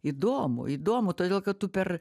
įdomu įdomu todėl kad tu per